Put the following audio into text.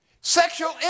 Sexual